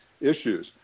issues